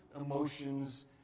emotions